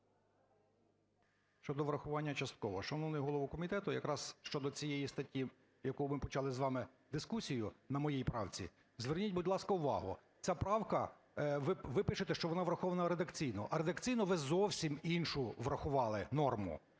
Щодо врахування частково. Шановний голово комітету, якраз щодо цієї статті, яку ми почали з вами дискусію на моїй правці, зверніть, будь ласка, увагу, ця правка, ви пишете, що вона врахована редакційно, а редакційно ви зовсім іншу врахували норму.